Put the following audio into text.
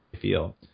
feel